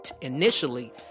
initially